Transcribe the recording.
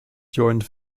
joined